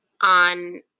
on